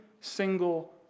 single